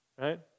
right